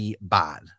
Bad